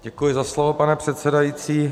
Děkuji za slovo, pane předsedající.